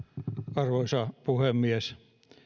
arvoisa puhemies